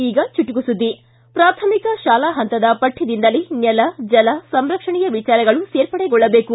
ಈಗ ಚುಟುಕು ಸುದ್ದಿ ಪ್ರಾಥಮಿಕ ಶಾಲಾ ಹಂತದ ಪಕ್ಕದಿಂದಲೇ ನೆಲ ಜಲ ಸಂರಕ್ಷಣೆಯ ವಿಚಾರಗಳು ಸೇರ್ಪಡೆಗೊಳ್ಳಬೇಕು